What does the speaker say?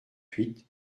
huit